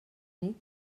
nit